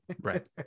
Right